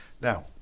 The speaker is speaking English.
Now